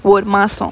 ஒரு மாசம்:oru maasam